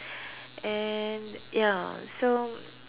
and ya so